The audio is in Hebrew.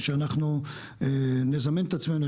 שאנחנו נזמן את עצמנו,